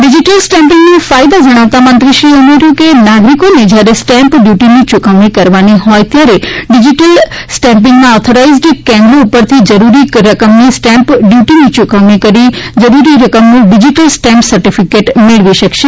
digital સ્ટેમ્પીગના ફાયદા જણાવતા મંત્રીશ્રી પટેલે ઉમેર્યુ કે નાગરિકોને જ્યારે સ્ટેમ્પ ડ્રયૂટીની ચુકવણી કરવાની હોય ત્યારે ડિઝીટલ સ્ટેમ્પીંગના ઓથોરાઈઝડ કેન્દ્રો ઉપરથી જરૂરી રકમની સ્ટેમ્પ ડ્રયૂટીની ચુકવણી કરીને જરૂરી રકમનું ડિઝીટલ સ્ટેમ્પ સર્ટીફીકેટ મેળવી શકશે